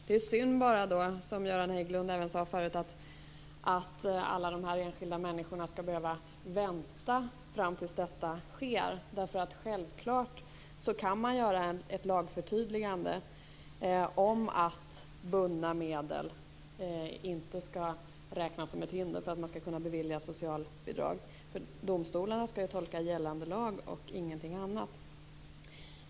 Då är det ju bara synd, som även Göran Hägglund sade förut, att alla de här enskilda människorna skall behöva vänta fram till dess att detta sker. Självklart kan man göra ett lagförtydligande om att bundna medel inte skall räknas som ett hinder när man skall beviljas socialbidrag. Domstolarna skall ju tolka gällande lag och ingenting annat.